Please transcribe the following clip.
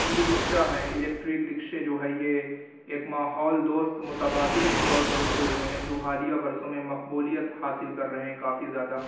ای rickshaw ہیں electric رکشے جو ہے یہ ایک ماحول دوست متبادل کے طور پر ابھرے ہوئے ہیں جو حالیہ برسوں میں مقبولیت حاصل کر رہے ہیں کافی زیادہ